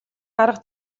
арга